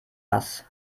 was